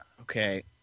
okay